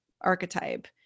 archetype